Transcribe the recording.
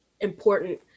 important